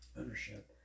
ownership